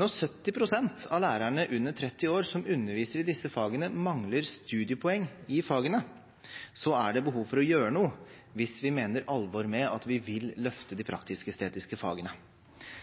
Når 70 pst. av lærerne under 30 år som underviser i disse fagene, mangler studiepoeng i fagene, er det behov for å gjøre noe hvis vi mener alvor med at vi vil løfte de praktisk-estetiske fagene.